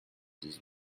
dix